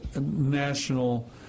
national